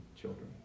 children